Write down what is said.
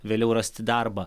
vėliau rasti darbą